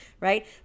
right